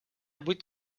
vuit